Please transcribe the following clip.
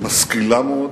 משכילה מאוד.